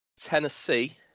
Tennessee